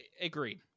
Agreed